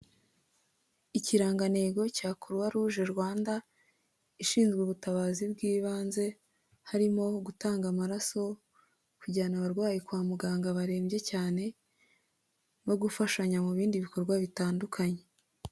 Ikirangantego cya croix rouge Rwanda, ishinzwe ubutabazi bw'ibanze, harimo gutanga amaraso kujyana abarwayi kwa muganga barembye cyane no gufashanya mu bindi bikorwa bitandukanye.